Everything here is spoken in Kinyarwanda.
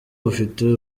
bufite